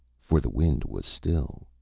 for the wind was still